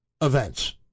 events